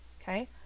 Okay